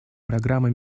программы